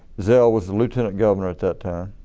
zell was the lieutenant governor at that time.